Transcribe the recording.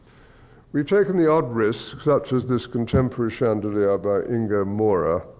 we've taken the odd risk, such as this contemporary chandelier by ingo maurer,